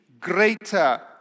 greater